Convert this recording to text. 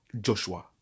Joshua